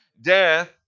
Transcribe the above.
death